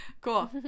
cool